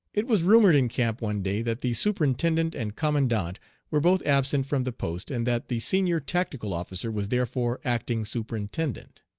it was rumored in camp one day that the superintendent and commandant were both absent from the post, and that the senior tactical officer was therefore acting superintendent.